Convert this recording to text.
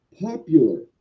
popular